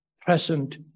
present